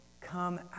Come